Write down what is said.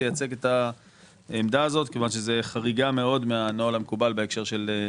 תייצג את העמדה הזאת כיוון שזה חריגה מאוד מהנוהל המקובל בהקשר של מע"מ.